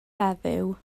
heddiw